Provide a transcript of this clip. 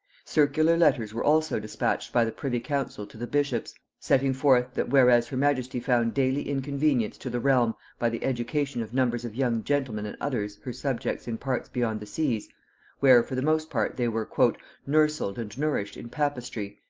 circular letters were also dispatched by the privy-council to the bishops, setting forth, that whereas her majesty found daily inconvenience to the realm by the education of numbers of young gentlemen and others her subjects in parts beyond the seas where for the most part they were nourselled and nourished in papistry,